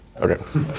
Okay